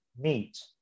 meet